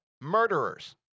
murderers